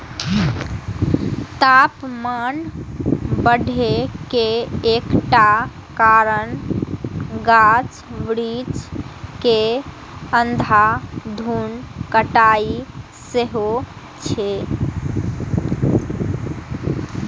तापमान बढ़े के एकटा कारण गाछ बिरिछ के अंधाधुंध कटाइ सेहो छै